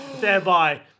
thereby